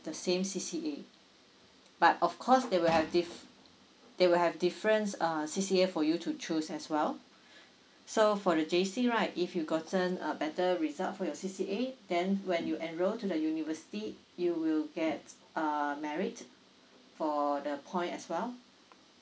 the same C_C_A but of cause they will have different they will have different err C_C_A for you to choose as well so for the J_C right if you gotten a better result for your C_C_A then when you enroll to the university you will get uh merit for the point as well